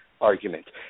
argument